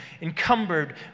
encumbered